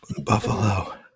Buffalo